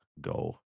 go